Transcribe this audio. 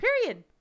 period